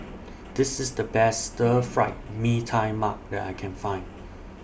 This IS The Best Stir Fried Mee Tai Mak that I Can Find